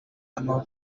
amavu